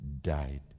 died